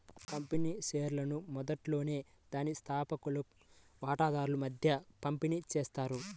company షేర్లను మొదట్లోనే దాని స్థాపకులు వాటాదారుల మధ్య పంపిణీ చేస్తారు